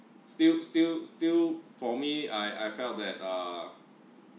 still still still for me I I felt that err